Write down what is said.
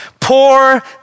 Poor